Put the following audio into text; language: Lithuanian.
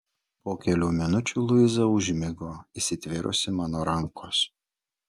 po kelių minučių luiza užmigo įsitvėrusi mano rankos